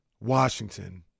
Washington